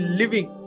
living